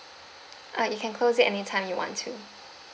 uh you can close it anytime you want to